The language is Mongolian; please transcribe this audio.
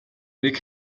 нэг